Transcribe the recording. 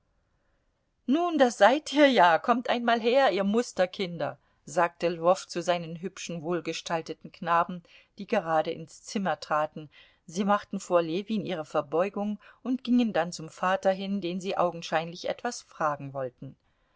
nun da seid ihr ja kommt einmal her ihr musterkinder sagte lwow zu seinen hübschen wohlgestalteten knaben die gerade ins zimmer traten sie machten vor ljewin ihre verbeugung und gingen dann zum vater hin den sie augenscheinlich etwas fragen wollten